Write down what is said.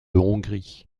hongrie